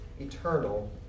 eternal